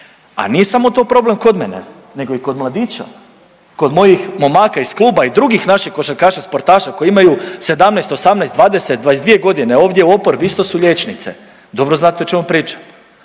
A nije to samo problem kod mene nego i kod mladića, kod mojih momaka iz kluba i drugih naših košarkaša sportaša koji imaju 17, 18, 20, 22 godine, ovdje u oporbi isto su liječnice dobro znate o čemu pričam.